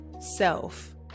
self